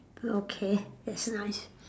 okay that's nice